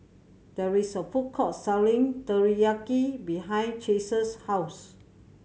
there is a food court selling Teriyaki behind Chase's house